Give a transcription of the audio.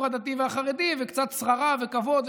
הדתי והחרדי וקצת שררה וכבוד ותקציבים.